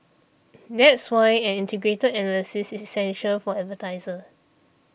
that's why an integrated analysis is essential for advertisers